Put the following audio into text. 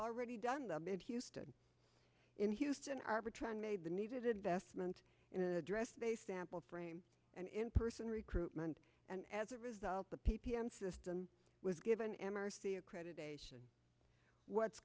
already done them in houston in houston arbitron made the needed investment in address they sample frame and in person recruitment and as a result the p p m system was given m r c accreditation what's